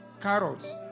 Carrots